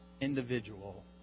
individual